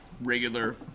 regular